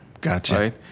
Gotcha